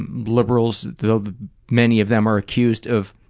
and liberals, though many of them are accused of